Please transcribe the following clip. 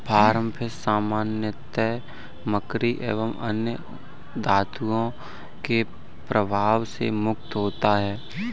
farm fish सामान्यतः mercury एवं अन्य धातुओं के प्रभाव से मुक्त होता है